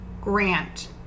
grant